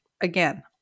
again